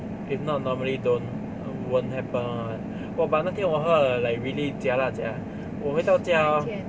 if not normally don't won't happen [one] [what] !wah! but 那天我喝的 like really jialat sia 我会到家 hor